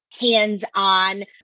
hands-on